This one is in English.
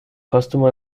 customer